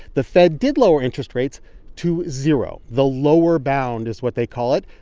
the fed did lower interest rates to zero the lower bound is what they call it.